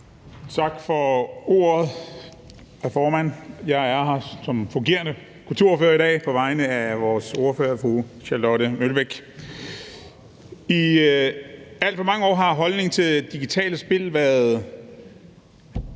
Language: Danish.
Tak for ordet, hr. formand. Jeg er her som fungerende kulturordfører i dag på vegne af vores ordfører, fru Charlotte Broman Mølbæk. I alt for mange år har holdningen til digitale spil været